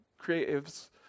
creatives